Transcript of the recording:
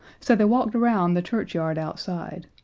so they walked around the churchyard outside,